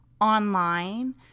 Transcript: online